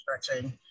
stretching